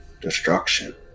destruction